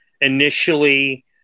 Initially